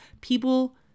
People